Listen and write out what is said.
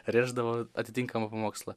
rėždavo atitinkamą pamokslą